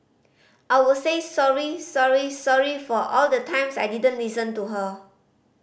I would say sorry sorry sorry for all the times I didn't listen to her